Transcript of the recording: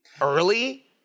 early